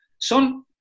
Son